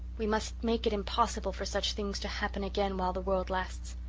we must make it impossible for such things to happen again while the world lasts.